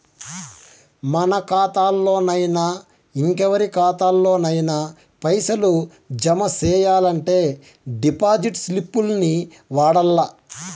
మన కాతాల్లోనయినా, ఇంకెవరి కాతాల్లోనయినా పైసలు జమ సెయ్యాలంటే డిపాజిట్ స్లిప్పుల్ని వాడల్ల